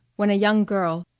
when a young girl,